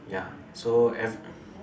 ya so ev~